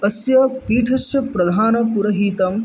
तस्य पीठस्य प्रधानपुरहितं